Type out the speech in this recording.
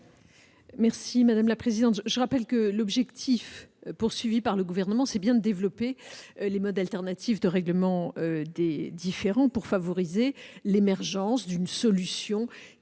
l'avis du Gouvernement ? Je rappelle que l'objectif poursuivi par le Gouvernement est le développement des modes alternatifs de règlement des différends pour favoriser l'émergence d'une solution